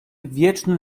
wieczne